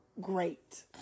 great